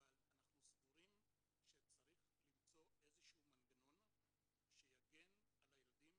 אבל אנחנו סבורים שצריך למצוא איזה שהוא מנגנון שיגן על הילדים,